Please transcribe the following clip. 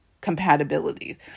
compatibility